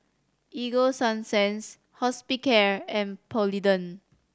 Ego Sunsense Hospicare and Polident